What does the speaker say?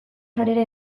sarera